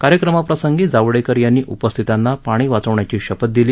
कार्यक्रमाप्रसंगी जावडेकर यांनी उपस्थितांना पाणी वाचवण्याची शपथ दिली